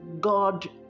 God